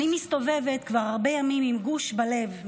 אני מסתובבת כבר הרבה ימים עם גוש בלב.